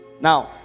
Now